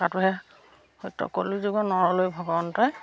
তাতোহে সত্য কলিযুগৰ নৰলৈ ভগৱন্তই